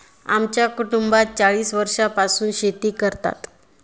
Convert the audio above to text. आमच्या कुटुंबात चाळीस वर्षांपासून शेती करतात